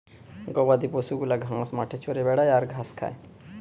গবাদি পশু গুলা ঘাস মাঠে চরে বেড়ায় আর ঘাস খায়